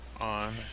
on